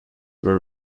were